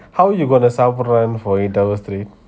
how you going சாப்பிடுறேன்:sapduran for eight hour straight